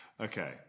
Okay